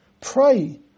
Pray